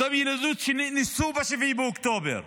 אותן ילדות שנאנסו ב-7 באוקטובר,